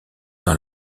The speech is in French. dans